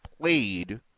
played